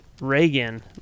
Reagan